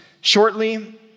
shortly